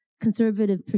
conservative